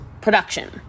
Production